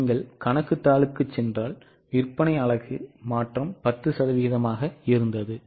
நீங்கள் கணக்கு தாளுக்கு சென்றால் விற்பனை அலகு மாற்றம் 10 சதவீதமாக இருந்தது